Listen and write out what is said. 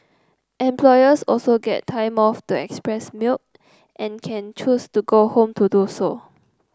employees also get time off to express milk and can choose to go home to do so